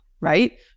right